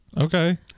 Okay